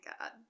god